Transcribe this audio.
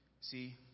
See